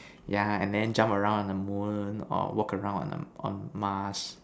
yeah and then jump around on the moon or walk around on err on Mars